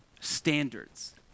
standards